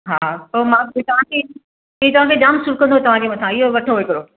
हा पोइ मां बि तव्हांखे हे चवां पेई जाम सुट कंदो तव्हांजे मथां इहो वठो हिकिड़ो